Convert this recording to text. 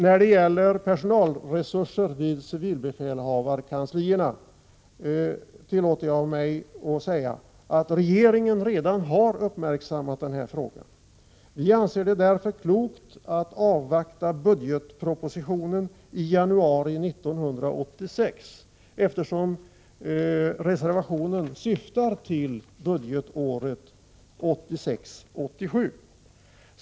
När det gäller personalresurserna vid civilbefälhavarkanslierna tillåter jag mig slutligen säga att regeringen har uppmärksammat denna fråga. Vi anser det därför klokt att avvakta budgetpropositionen i januari 1986, eftersom reservationen syftar till budgetåret 1986/87.